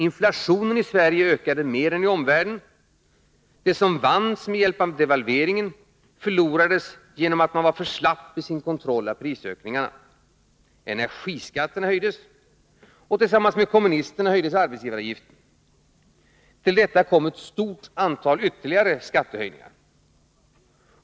Inflationen i Sverige ökade mer än i omvärlden. Det som vanns med hjälp av devalveringen förlorades genom att man var för slapp i sin kontroll av prisökningarna. Energiskatterna höjdes. Och tillsammans med kommunisterna höjde socialdemokraterna arbetsgivaravgiften. Till detta kom ett stort antal ytterligare skattehöjningar.